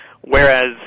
Whereas